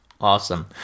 Awesome